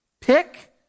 Pick